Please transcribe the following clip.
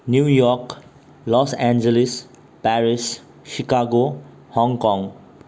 new York Los Angeles Paris Chicago Hong Kong